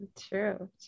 true